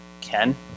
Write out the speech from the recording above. Ken